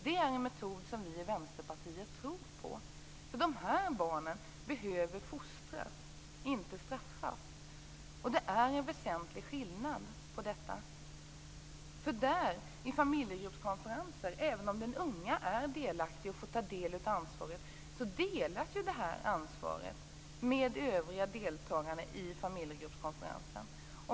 Det är en metod som vi i Vänsterpartiet tror på. De här barnen behöver fostras, inte straffas. Det är en väsentlig skillnad. I familjegruppskonferenser är den unge delaktig och får ta del av ansvaret. Ansvaret delas också med övriga deltagare i familjegruppskonferensen.